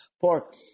pork